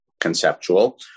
conceptual